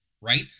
right